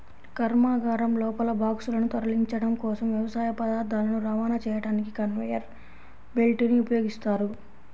కర్మాగారం లోపల బాక్సులను తరలించడం కోసం, వ్యవసాయ పదార్థాలను రవాణా చేయడానికి కన్వేయర్ బెల్ట్ ని ఉపయోగిస్తారు